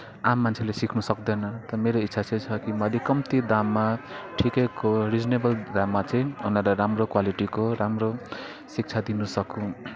आम मान्छेले सिक्नु सक्दैन तर मेरो इच्छा चाहिँ छ कि म अलि कम्ती दाममा ठिकैको रिजनेबल दाममा चाहिँ उनीहरूलाई राम्रो क्वालिटीको राम्रो शिक्षा दिन सकुँ